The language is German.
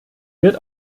wird